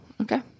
Okay